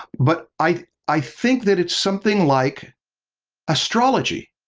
but i i think that it's something like astrology.